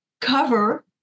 cover